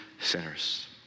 sinners